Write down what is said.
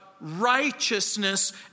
righteousness